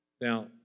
Now